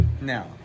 now